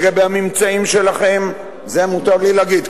לגבי הממצאים שלכם את זה מותר לי להגיד,